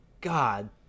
God